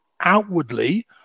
outwardly